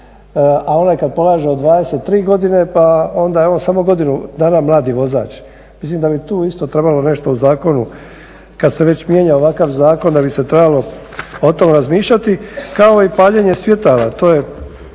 a onaj kad polaže od 23 godine pa onda je on samo godinu dana mladi vozač. Mislim da bi tu isto trebalo nešto u zakonu kad se već mijenja ovakav zakon da bi se trebalo o tom razmišljati kao i paljenje svjetala.